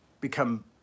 become